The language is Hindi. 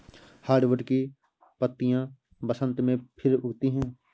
हार्डवुड की पत्तियां बसन्त में फिर उगती हैं